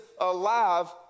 alive